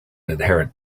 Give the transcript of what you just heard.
inherent